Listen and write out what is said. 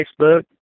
Facebook